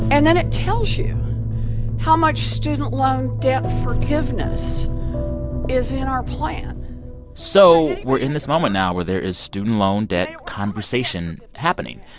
and then it tells you how much student loan debt forgiveness is in our plan so we're in this moment now where there is student loan debt conversation happening.